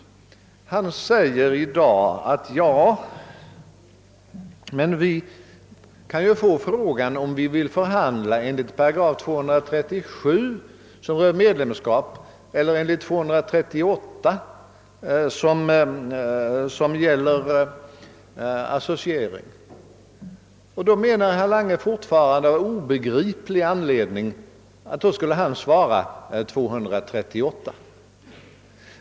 Herr Lange säger likväl i dag: Ja, men vi kan ju få frågan om vi vill förhandla enligt § 237, som rör medlemskap, eller enligt 8 238, som gäller associering. Herr Lange anser fortfarande — av obegriplig anledning — att han då skulle svara § 238.